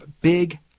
big